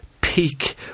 peak